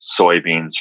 soybeans